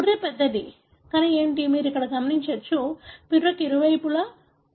పుర్రె పెద్దది కానీ ఏమిటి మీరు ఇక్కడ గమనించవచ్చు పుర్రెకు ఇరువైపులా మీకు భారీ కుహరం ఉంది సరియైనదా